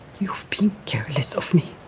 you speak careless of me.